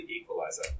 equalizer